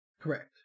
Correct